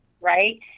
Right